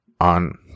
on